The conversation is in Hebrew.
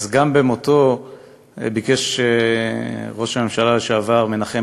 גם במותו ביקש ראש הממשלה לשעבר מנחם